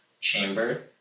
chamber